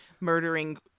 murdering